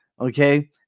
Okay